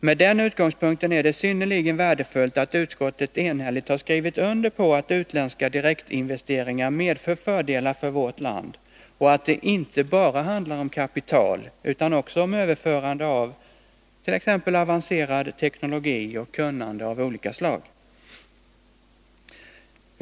Med den utgångspunkten är det synnerligen värdefullt att utskottet enhälligt har skrivit under på att utländska direktinvesteringar medför fördelar för vårt land och att det inte bara handlar om kapital utan också om överförande av t.ex. avancerad teknologi och kunnande av olika slag.